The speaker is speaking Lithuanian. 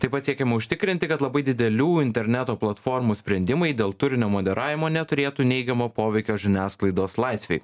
taip pat siekiama užtikrinti kad labai didelių interneto platformų sprendimai dėl turinio moderavimo neturėtų neigiamo poveikio žiniasklaidos laisvei